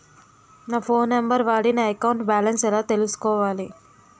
నా phone number వాడి నా అకౌంట్ బాలన్స్ ఎలా తెలుసుకోవాలి?